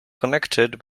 connected